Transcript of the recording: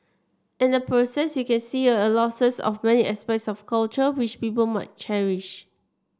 in the process you can see a loser's of many aspects of culture which people might cherish